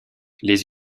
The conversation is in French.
les